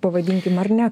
pavadinkim ar ne